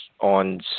on